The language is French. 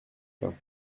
chacun